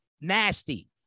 nasty